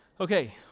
Okay